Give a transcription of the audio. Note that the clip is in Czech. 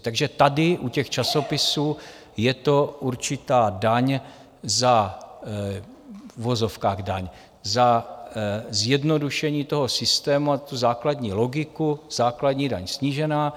Takže tady u těch časopisů je to určitá daň v uvozovkách daň za zjednodušení toho systému a základní logiku základní daň snížená.